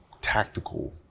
tactical